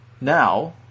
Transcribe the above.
now